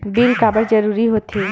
Bill काबर जरूरी होथे?